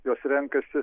jos renkasi